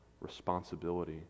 responsibility